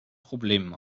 problemen